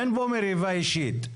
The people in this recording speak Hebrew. אין פה מריבה אישית.